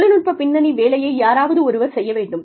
தொழில்நுட்ப பின்னணி வேலையை யாராவது ஒருவர் செய்ய வேண்டும்